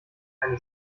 keine